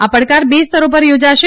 આ પડકાર બે સ્તરો પર યોજાશે